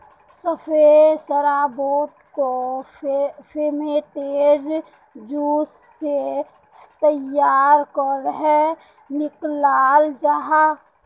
सफ़ेद शराबोक को फेर्मेंतेद जूस से तैयार करेह निक्लाल जाहा